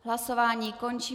Hlasování končím.